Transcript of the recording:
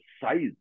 size